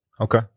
Okay